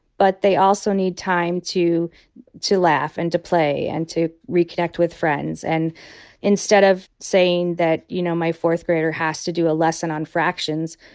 but they also need time to to laugh and to play and to reconnect with friends. and instead of saying that, you know, my fourth grader has to do a lesson on fractions,